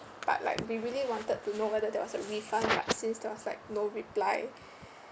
but like we really wanted to know whether there was a refund but since there was like no reply